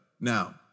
now